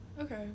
okay